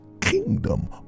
kingdom